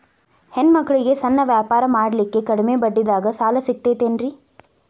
ಹೆಣ್ಣ ಮಕ್ಕಳಿಗೆ ಸಣ್ಣ ವ್ಯಾಪಾರ ಮಾಡ್ಲಿಕ್ಕೆ ಕಡಿಮಿ ಬಡ್ಡಿದಾಗ ಸಾಲ ಸಿಗತೈತೇನ್ರಿ?